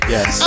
Yes